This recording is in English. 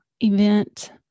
event